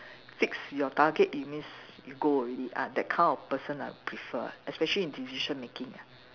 fix your target it means go already ah that kind of person I prefer especially in decision making